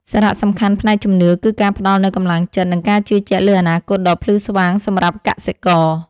សារៈសំខាន់ផ្នែកជំនឿគឺការផ្ដល់នូវកម្លាំងចិត្ត និងការជឿជាក់លើអនាគតដ៏ភ្លឺស្វាងសម្រាប់កសិករ។